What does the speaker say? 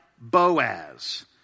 Boaz